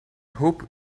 hope